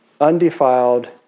undefiled